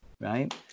right